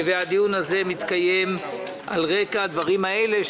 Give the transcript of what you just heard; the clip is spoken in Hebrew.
והדיון הזה מתקיים על רקע הדברים האלה,